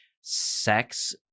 sex